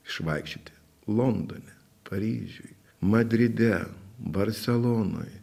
išvaikščioti londone paryžiuj madride barselonoj